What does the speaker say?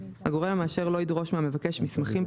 הגורם המאשר לא ידרוש מהמבקש מסמכים,